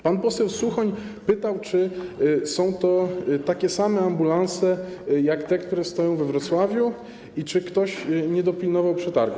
Pan poseł Suchoń pytał, czy są to takie same ambulanse jak te, które stoją we Wrocławiu, i czy ktoś nie dopilnował przetargów.